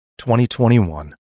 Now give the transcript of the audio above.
2021